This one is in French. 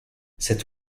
cet